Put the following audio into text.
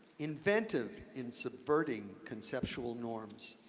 inventive in subverting conceptual norms,